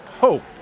hope